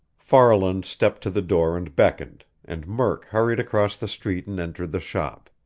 farland stepped to the door and beckoned, and murk hurried across the street and entered the shop.